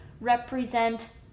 represent